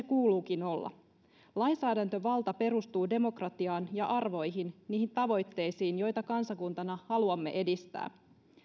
kuuluukin olla lainsäädäntövalta perustuu demokratiaan ja arvoihin niihin tavoitteisiin joita kansakuntana haluamme edistää